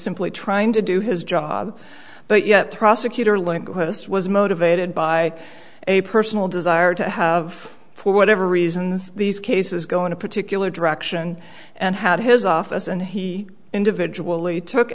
simply trying to do his job but yet the prosecutor linguist was motivated by a personal desire to have for whatever reasons these cases going to particular direction and had his office and he individually took